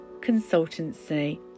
Consultancy